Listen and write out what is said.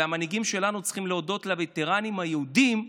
והמנהיגים שלנו צריכים להודות לווטרנים היהודים,